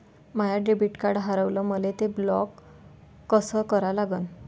माय debit card हारवलं, मले ते ब्लॉक कस करा लागन?